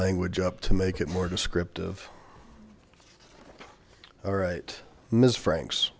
language up to make it more descriptive all right ms franks